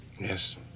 Yes